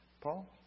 Paul